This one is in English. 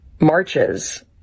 marches